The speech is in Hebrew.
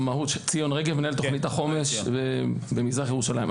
מנהל תוכנית החומש במזרח ירושלים.